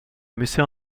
musset